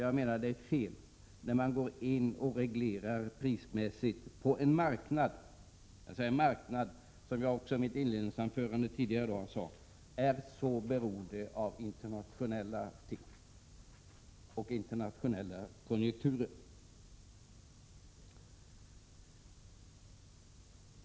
Jag menar att det är fel när man går in och reglerar prismässigt på en marknad som — jag sade det i mitt inledningsanförande — är så beroende av den internationella konjunkturen.